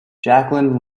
jacqueline